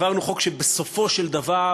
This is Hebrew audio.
העברנו חוק שבסופו של דבר,